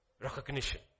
recognition